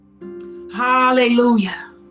hallelujah